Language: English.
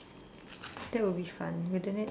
that would be fun wouldn't it